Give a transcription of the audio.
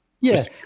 Yes